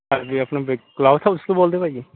ਹਾਂਜੀ ਆਪਣੇ big cloth house ਤੋਂ ਬੋਲਦੇ ਭਾਅ ਜੀ